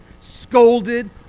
scolded